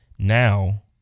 Now